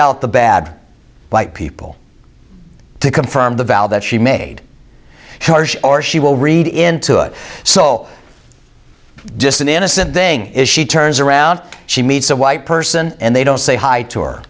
out the bad white people to confirm the valve that she made or she will read into it so just an innocent thing if she turns around she meets a white person and they don't say hi to her